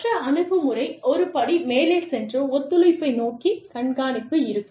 மற்ற அணுகுமுறை ஒரு படி மேலே சென்று ஒத்துழைப்பை நோக்கிக் கண்காணிப்பு இருக்கும்